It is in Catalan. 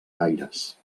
gaires